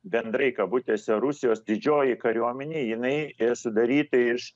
bendrai kabutėse rusijos didžioji kariuomenė jinai yra sudaryta iš